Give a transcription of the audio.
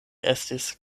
estis